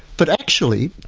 but actually,